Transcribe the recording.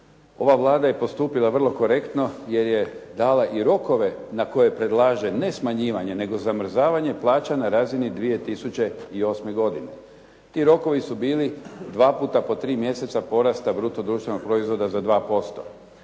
Ova Vlada je postupila vrlo korektno jer je dala i rokove na koje predlaže ne smanjivanje nego zamrzavanje plaća na razini 2008. godine. Ti rokovi su bili dva puta po tri mjeseca porasta bruto društvenog proizvoda za 2%